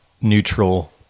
neutral